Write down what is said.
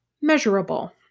measurable